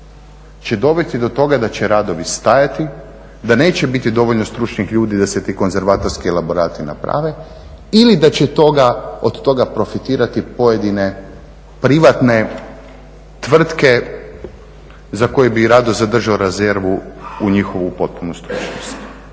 će dovesti do toga da će radovi stajati, da neće biti dovoljno stručnih ljudi da se ti konzervatorski elaborati naprave ili da će od toga profitirati pojedine privatne tvrtke za koje bih rado zadržao rezervu u njihovu potpunu stručnost.